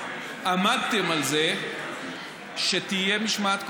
עמדתם על זה שתהיה משמעת קואליציונית,